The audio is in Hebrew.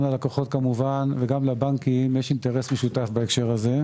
גם ללקוחות כמובן וגם לבנקים יש אינטרס משותף בהקשר הזה,